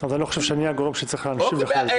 אז אני לא חושב שאני הגורם שצריך להמשיך --- איתן,